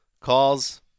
calls